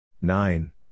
nine